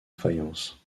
faïence